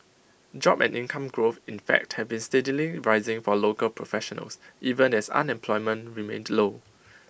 job and income growth in fact have been steadily rising for local professionals even as unemployment remained low